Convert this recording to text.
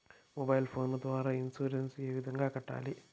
mobile phone ద్వారా insurance ఏ విధంగా కట్టాలి